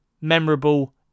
memorable